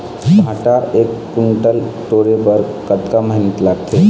भांटा एक कुन्टल टोरे बर कतका मेहनती लागथे?